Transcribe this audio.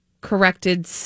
corrected